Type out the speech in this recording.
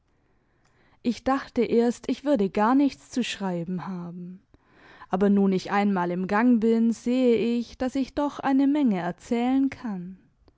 ich dachte erst ich würde gar nichts zu schreiben haben aber nun ich einmal im gang bin sehe ich daß ich doch eine menge erzählen kann